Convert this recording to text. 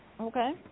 Okay